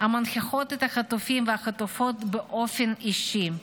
המנכיחות את החטופים והחטופות באופן אישי.